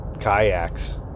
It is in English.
kayaks